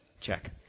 check